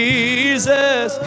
Jesus